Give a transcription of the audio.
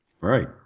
Right